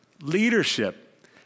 leadership